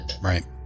Right